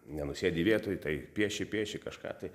nenusėdi vietoj tai pieši pieši kažką tai